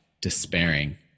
despairing